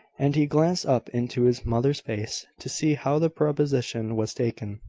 and he glanced up into his mother's face, to see how the proposition was taken.